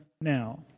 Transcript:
now